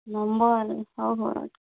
number ହଉ ହଉ ଅଟ୍କ